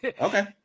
Okay